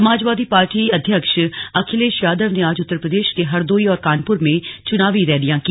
समाजवादी पार्टी अध्यक्ष अखिलेश यादव ने आज उत्तर प्रदेश के हरदोई और कानपुर में चुनावी रैलियां की